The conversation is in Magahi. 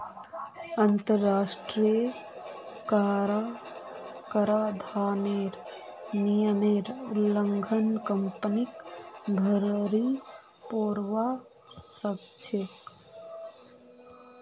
अंतरराष्ट्रीय कराधानेर नियमेर उल्लंघन कंपनीक भररी पोरवा सकछेक